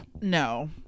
no